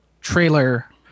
trailer